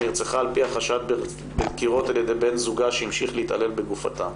נרצחה על פי החשד בדקירות על ידי בן זוגה שהמשיך להתעלל בגופתה.